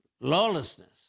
lawlessness